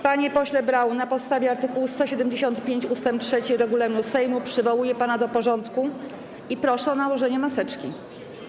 Panie pośle Braun, na podstawie art. 175 ust. 3 regulaminu Sejmu przywołuję pana do porządku i proszę o założenie maseczki.